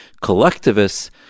collectivists